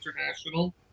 International